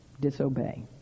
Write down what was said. disobey